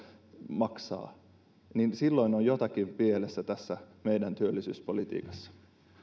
maksaa silloin on jotakin pielessä meidän työllisyyspolitiikassamme